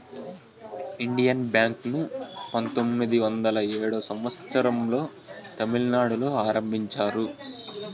Indian Bank ను పంతొమ్మిది వందల ఏడో సంవచ్చరం లో తమిళనాడులో ఆరంభించారు